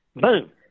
Boom